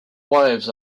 wives